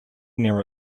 near